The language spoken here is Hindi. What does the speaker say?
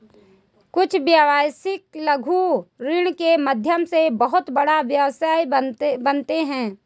कुछ व्यवसायी लघु ऋण के माध्यम से बहुत बड़ा व्यवसाय बनाते हैं